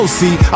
see